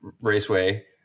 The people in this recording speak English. Raceway